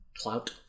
Clout